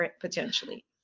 Potentially